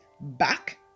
back